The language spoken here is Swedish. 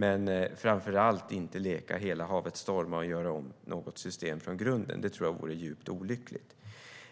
Det gäller framför allt att inte leka "hela havet stormar" och att göra om något system från grunden. Det tror jag vore djupt olyckligt.